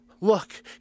Look